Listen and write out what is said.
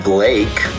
Blake